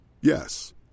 Yes